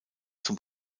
zum